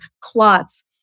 clots